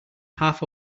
half